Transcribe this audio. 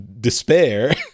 despair